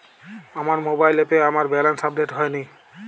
আমার মোবাইল অ্যাপে আমার ব্যালেন্স আপডেট হয়নি